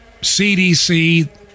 CDC